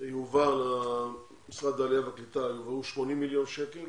יועברו למשרד העלייה והקליטה 80 מיליון שקל